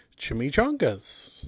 Chimichangas